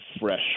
fresh